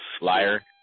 liar